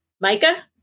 Micah